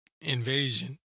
invasion